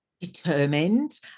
determined